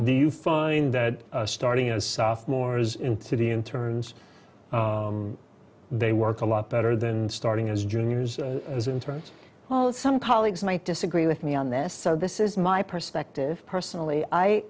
do you find that starting a sophomore is into the interns they work a lot better than starting as juniors in terms of some colleagues might disagree with me on this so this is my perspective personally i